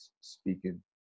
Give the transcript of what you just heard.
speaking